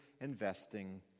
investing